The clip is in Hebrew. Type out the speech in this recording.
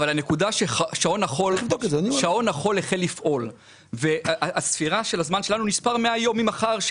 --- שעון החול החל לפעול והספירה של הזמן שלנו מתחילה ממחר,